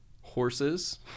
horses